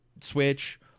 Switch